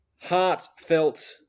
heartfelt